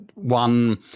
one